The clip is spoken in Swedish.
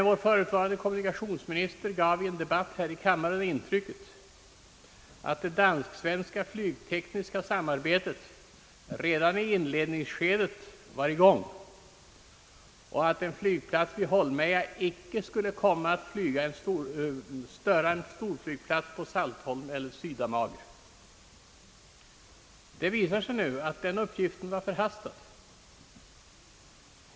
Vår förutvarande kommunikationsminister gav i en debatt här i kammaren intrycket att ett danskt-svenskt flygtekniskt samarbete redan i inledningsskedet var i gång och att en flygplats vid Holmeja icke skulle störa en storflygplats på Saltholm eller Sydamager. Det visar sig nu att denna uppgift var förhastad.